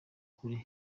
kure